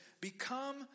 become